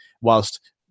whilst